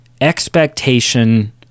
expectation